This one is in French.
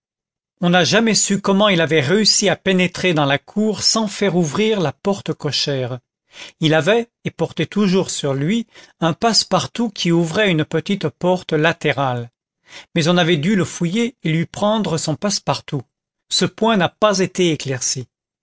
on n'a jamais su comment il avait réussi à pénétrer dans la cour sans faire ouvrir la porte cochère il avait et portait toujours sur lui un passe-partout qui ouvrait une petite porte latérale mais on avait dû le fouiller et lui prendre son passe-partout ce point n'a pas été éclairci